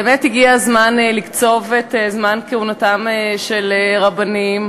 באמת הגיע הזמן לקצוב את זמן כהונתם של רבנים.